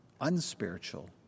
unspiritual